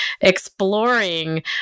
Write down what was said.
exploring